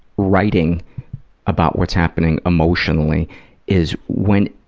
writing about what's happening emotionally is, when